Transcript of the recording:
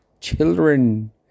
children